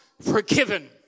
forgiven